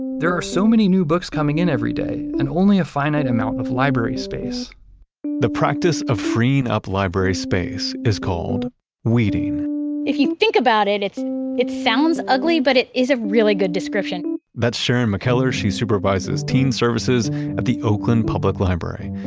there are so many new books coming in every day, and only a finite amount of library space the practice of freeing up library space is called weeding if you think about, it sounds ugly, but it is a really good description that's sharon mckeller. she supervises teen services at the oakland public library.